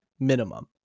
minimum